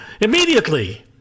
immediately